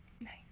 nice